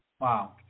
Wow